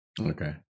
Okay